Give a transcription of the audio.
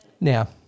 Now